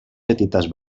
petites